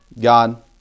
God